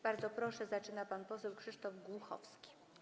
Bardzo proszę, zaczyna pan poseł Krzysztof Głuchowski.